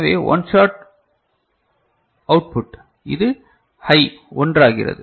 எனவே one shot output இது high 1 ஆகிறது